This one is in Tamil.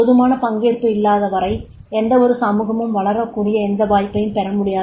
போதுமான பங்கேற்பு இல்லாத வரை எந்தவொரு சமூகமும் வளரக்கூடிய எந்த வாய்ப்பையும் பெற முடியாது